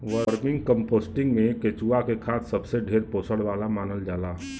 vermicomposting में केचुआ के खाद सबसे ढेर पोषण वाला मानल जाला